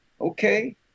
okay